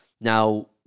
Now